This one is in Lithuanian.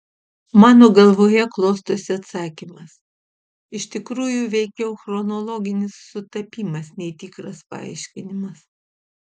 mano galvoje klostosi atsakymas iš tikrųjų veikiau chronologinis sutapimas nei tikras paaiškinimas